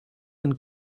and